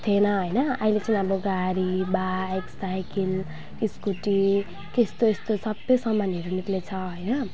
थिएन होइन अहिले चाहिँ अब गाडी बाइक साइकल स्कुटी यस्तो यस्तो सबै सामानहरू निस्किएको छ होइन